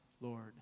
Lord